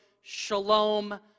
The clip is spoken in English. shalom